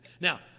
Now